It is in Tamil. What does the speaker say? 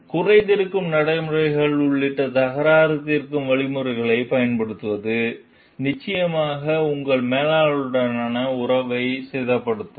குறை தீர்க்கும் நடைமுறைகள் உள்ளிட்ட தகராறு தீர்க்கும் வழிமுறைகளைப் பயன்படுத்துவது நிச்சயமாக உங்கள் மேலாளருடனான உறவுகளை சேதப்படுத்தும்